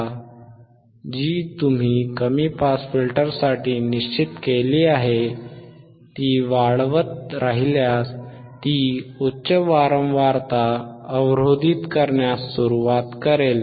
5KHz जी तुम्ही कमी पास फिल्टरसाठी निश्चित केली आहे ती वाढवत राहिल्यास ती उच्च वारंवारता अवरोधित करण्यास सुरवात करेल